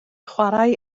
chwarae